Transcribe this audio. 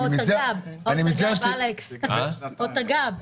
אני מציע מה שנירה אמרה,